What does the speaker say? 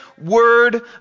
word